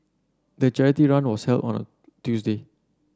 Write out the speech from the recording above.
the charity run was held on a Tuesday